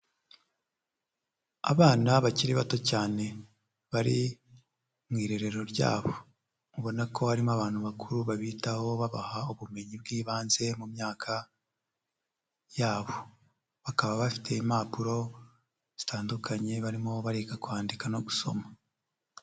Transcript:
Abana bakiri bato cyane bari mu irerero ryabo, ubona ko harimo abantu bakuru babitaho babaha ubumenyi bw'ibanze mu myaka yabo, bakaba bafite impapuro zitandukanye barimo bariga kwandika no gusoma.